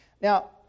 Now